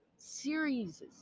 series